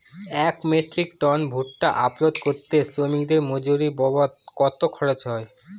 এক metric tonne ভুট্টা unload করতে শ্রমিকের মজুরি বাবদ কত খরচ হয়?